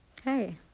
Hey